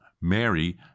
Mary